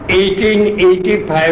1885